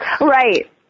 Right